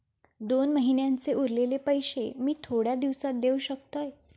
दोन महिन्यांचे उरलेले पैशे मी थोड्या दिवसा देव शकतय?